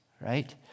right